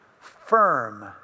firm